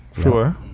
Sure